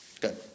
Good